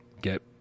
get